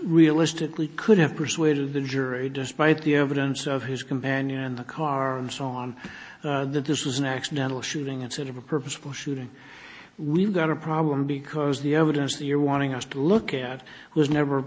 realistically could have persuaded the jury despite the evidence of his companion on the car bomb that this was an accidental shooting incident a purposeful shooting we've got a problem because the evidence that you're wanting us to look at was never